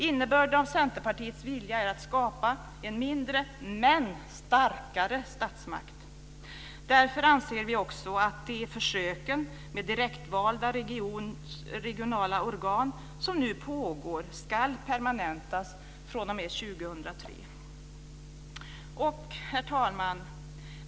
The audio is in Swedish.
Innebörden av Centerpartiets vilja är att skapa en mindre men starkare statsmakt. Därför anser vi också att de försök med direktvalda regionala organ som nu pågår ska permanentas fr.o.m. 2003. Herr talman!